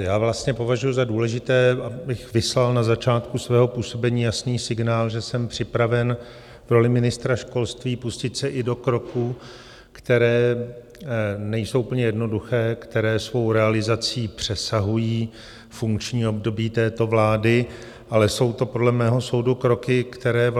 Já vlastně považuju za důležité, abych vyslal na začátku svého působení jasný signál, že jsem připraven v roli ministra školství pustit se i do kroků, které nejsou úplně jednoduché, které svou realizací přesahují funkční období této vlády, ale jsou to podle mého soudu kroky, které